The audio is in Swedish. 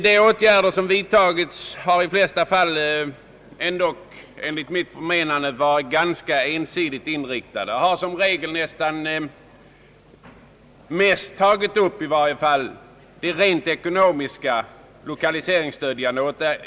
De åtgärder som vidtagits har dock i de flesta fall enligt mitt förmenande varit ganska ensidigt inriktade och har som regel mest tagit upp behovet av rent ekonomiskt lokaliseringsstöd.